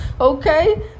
okay